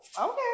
okay